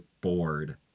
bored